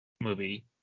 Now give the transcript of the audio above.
movie